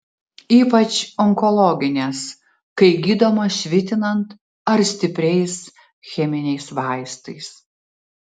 ypač onkologinės kai gydoma švitinant ar stipriais cheminiais vaistais